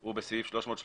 הוא בסעיף 330יג,